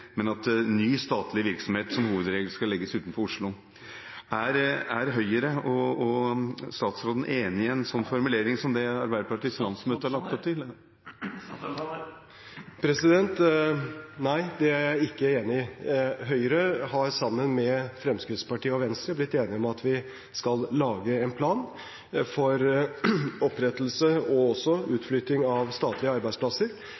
men at ny statlig virksomhet i hovedregelen skal legges utenfor Oslo. Er Høyre og statsråden enig i en sånn formulering som Arbeiderpartiets landsmøte la opp til? Nei, det er jeg ikke enig i. Høyre har sammen med Fremskrittspartiet og Venstre blitt enige om at vi skal lage en plan for opprettelse og også utflytting av statlige arbeidsplasser.